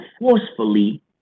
forcefully